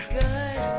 good